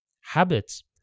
Habits